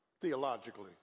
theologically